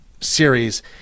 series